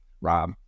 Rob